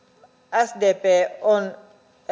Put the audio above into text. sdp on